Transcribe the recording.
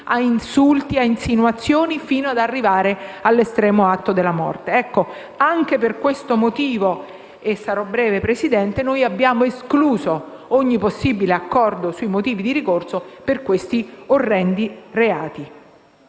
a insulti, a insinuazioni, fino ad arrivare all'estremo evento della morte? Anche per questo motivo - e sarò breve, signor Presidente - abbiamo escluso ogni possibile accordo sui motivi di ricorso per questi orrendi reati.